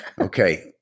Okay